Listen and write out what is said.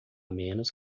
menos